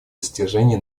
достижении